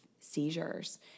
seizures